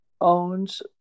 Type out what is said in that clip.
owns